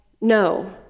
no